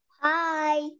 Hi